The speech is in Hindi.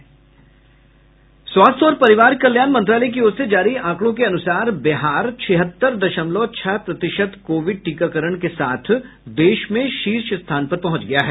स्वास्थ्य और परिवार कल्याण मंत्रालय की ओर से जारी आंकड़ों के अनुसार बिहार छिहत्तर दशमलव छह प्रतिशत कोविड टीकाकरण के साथ देश में शीर्ष स्थान पर पहुंच गया है